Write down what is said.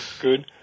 good